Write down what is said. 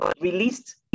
released